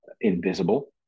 invisible